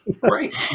Great